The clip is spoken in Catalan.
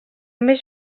més